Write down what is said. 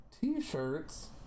T-shirts